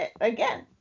again